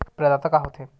प्रदाता का हो थे?